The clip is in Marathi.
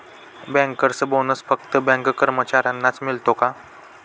बँकर्स बोनस फक्त बँक कर्मचाऱ्यांनाच मिळतो का?